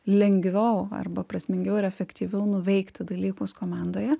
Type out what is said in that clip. lengviau arba prasmingiau ir efektyviau nuveikti dalykus komandoje